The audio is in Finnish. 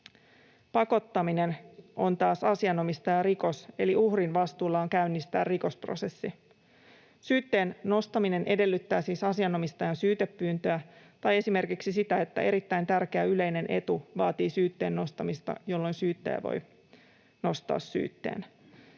Pakottaminen taas on asianomistajarikos, eli uhrin vastuulla on käynnistää rikosprosessi. Syytteen nostaminen edellyttää siis asianomistajan syytepyyntöä tai esimerkiksi sitä, että erittäin tärkeä yleinen etu vaatii syytteen nostamista, jolloin syyttäjä voi nostaa syytteen.